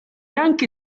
anche